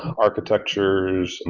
architectures, and